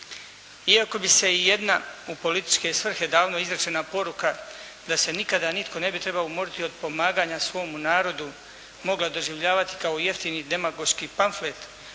Iako bi se i jedna u političke svrhe davno izrečena poruka da se nikada nitko ne bi trebao umoriti od pomaganja svom narodu mogla doživljavati kao jeftini demagoški pamflet